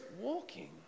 walking